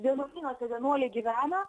vienuolynuose vienuoliai gyvena